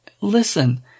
listen